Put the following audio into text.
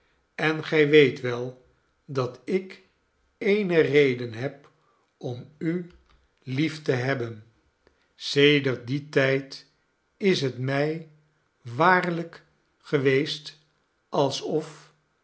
en gij weet wel dat ik eene reden heb om u lief te jo nelly hebben sedert dien tijd is het mij waarlijk geweest alsof